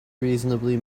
reasonably